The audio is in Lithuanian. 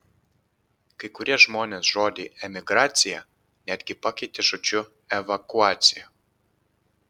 kai kurie žmonės žodį emigracija netgi pakeitė žodžiu evakuacija